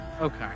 Okay